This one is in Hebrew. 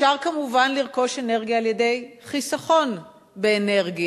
אפשר כמובן לרכוש אנרגיה על-ידי חיסכון באנרגיה.